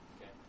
Okay